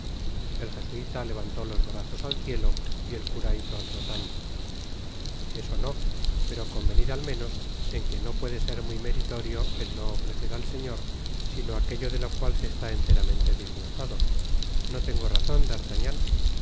el jesuita levantó los brazos al cielo y el cura hizo otro tanto eso no pero convenid al menos en que no puede ser muy meri'orio el no ofrecer al señor sino aquello de lo cual se está enteramente disgnstado no tengo razon